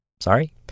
sorry